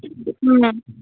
ꯎꯝ